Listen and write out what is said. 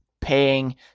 paying